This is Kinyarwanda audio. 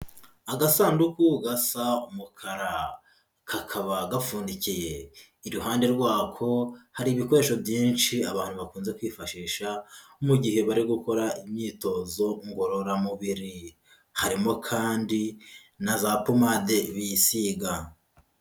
Agasanduku gasa umukara kakaba gafundikiye, iruhande rwako hari ibikoresho byinshi abantu bakunze kwifashisha mu gihe bari gukora imyitozo ngororamubiri, harimo kandi na za pomade bisiga.